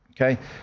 Okay